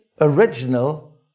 original